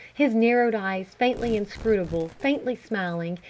his narrowed eyes faintly inscrutable, faintly smiling,